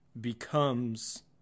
becomes